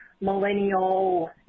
Millennial